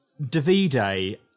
davide